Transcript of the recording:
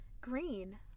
Green